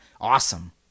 Awesome